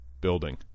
building